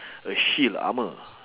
a shield armour